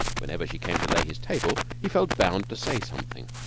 whenever she came to lay his table, he felt bound to say something.